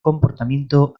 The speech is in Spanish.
comportamiento